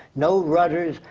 no rudders.